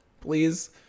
Please